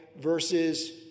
versus